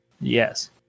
Yes